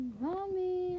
mommy